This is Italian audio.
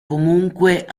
comunque